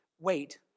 wait